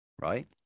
Right